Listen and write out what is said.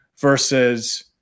versus